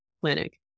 clinic